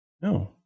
No